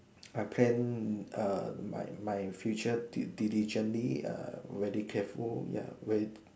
I plan err my my future di~ diligently err very careful ya very